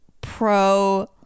pro